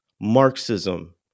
Marxism